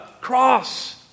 cross